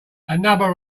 another